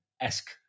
esque